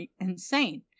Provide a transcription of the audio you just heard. insane